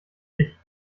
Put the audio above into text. dich